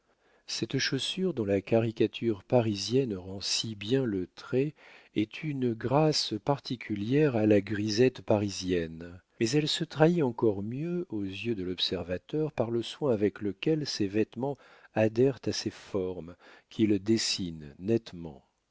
cette chaussure dont la caricature parisienne rend si bien le trait est une grâce particulière à la grisette parisienne mais elle se trahit encore mieux aux yeux de l'observateur par le soin avec lequel ses vêtements adhèrent à ses formes qu'ils dessinent nettement